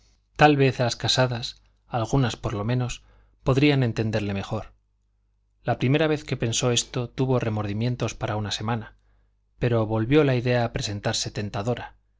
tal vez las casadas algunas por lo menos podrían entenderle mejor la primera vez que pensó esto tuvo remordimientos para una semana pero volvió la idea a presentarse tentadora